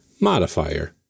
modifier